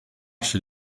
chez